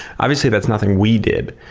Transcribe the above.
obviously, that's nothing we did,